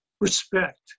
respect